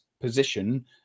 position